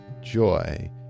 joy